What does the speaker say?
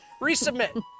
Resubmit